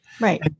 Right